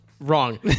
wrong